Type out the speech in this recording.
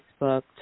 Facebook